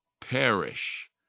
perish